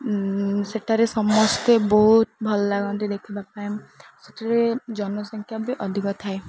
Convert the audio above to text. ସେଠାରେ ସମସ୍ତେ ବହୁତ ଭଲ ଲାଗନ୍ତି ଦେଖିବା ପାଇଁ ସେଠାରେ ଜନସଂଖ୍ୟା ବି ଅଧିକ ଥାଏ